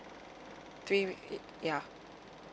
three !ee! yeah